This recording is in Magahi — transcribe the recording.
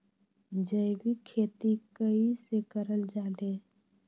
जैविक खेती कई से करल जाले?